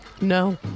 No